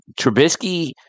Trubisky